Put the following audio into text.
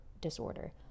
disorder